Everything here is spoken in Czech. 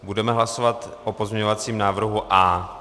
Budeme hlasovat o pozměňovacím návrhu A.